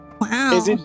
Wow